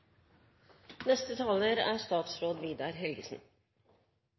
Neste taler er